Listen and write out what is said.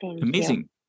Amazing